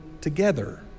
together